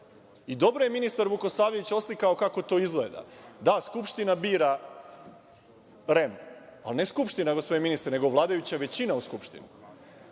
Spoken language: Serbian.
SNS.Dobro je ministar Vukosavljević oslikao kako to izgleda. Da, Skupština bira REM, ali ne Skupština, gospodine ministre, nego vladajuća većina u Skupštini.